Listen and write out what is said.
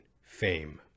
fame